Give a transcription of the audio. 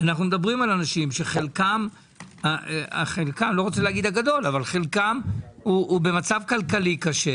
אנו מדברים על אנשים שחלקם הוא במצב כלכלי קשה,